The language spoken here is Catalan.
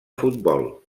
futbol